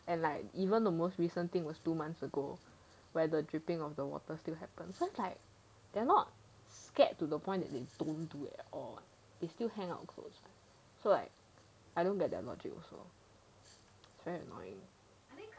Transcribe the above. and like even the most recent thing was two months ago where the dripping off the water still happen so it's like they're not scared to the point that they don't do it or is still hang out clothes so like I don't get that logic also it is very annoying